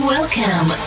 Welcome